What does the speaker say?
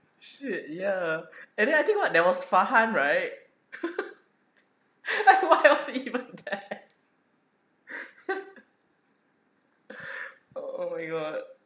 shit ya and I think what there was farhan right was even there oh my god